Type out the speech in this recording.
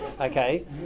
Okay